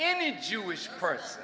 any jewish course